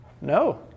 No